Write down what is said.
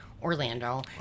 Orlando